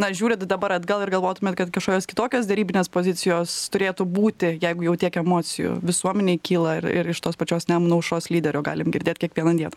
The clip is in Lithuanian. na žiūrit dabar atgal ir galvotumėt kad kažkokios kitokios derybinės pozicijos turėtų būti jeigu jau tiek emocijų visuomenei kyla ir ir iš tos pačios nemuno aušros lyderio galim girdėt kiekvieną dieną